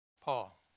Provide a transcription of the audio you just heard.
paul